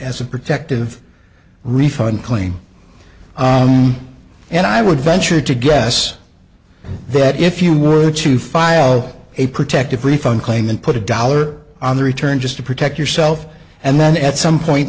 as a protective refund claim and i would venture to guess that if you were to file a protective refund claim and put a dollar on the return just to protect yourself and then at some point